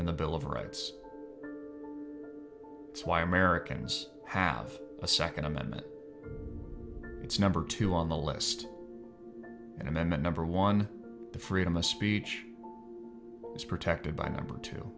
and the bill of rights why americans have a second amendment it's number two on the list and then number one the freedom of speach it's protected by number two